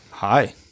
Hi